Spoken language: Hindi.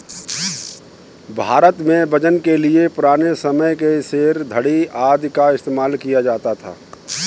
भारत में वजन के लिए पुराने समय के सेर, धडी़ आदि का इस्तेमाल किया जाता था